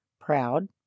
proud